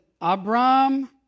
Abram